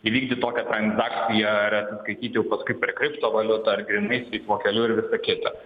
įvykdyt tokią transakciją ir atsiskaityt jau paskui per kriptovaliutą ar grynais kaip vokeliu ir visa kita